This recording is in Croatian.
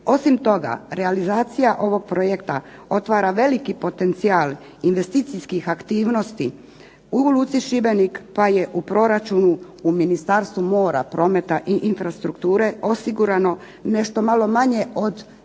Osim toga realizacija ovog projekta otvara veliki potencijal investicijskih aktivnosti u luci Šibenik, pa je u proračunu u Ministarstvu mora, prometa i infrastrukture osigurano nešto malo manje od 28